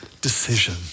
decision